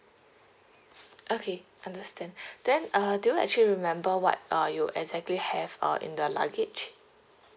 okay understand then uh do you actually remember what uh you exactly have uh in the luggage